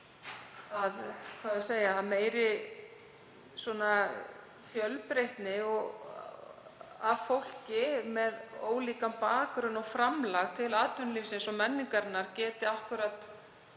að meiri fjölbreytni og fólk með ólíkan bakgrunn og framlag til atvinnulífsins og menningarinnar geti akkúrat